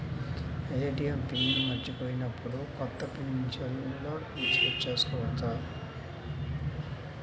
ATM PIN మరచిపోయినప్పుడు, కొత్త PIN సెల్లో సెట్ చేసుకోవచ్చా?